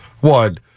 One